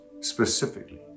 specifically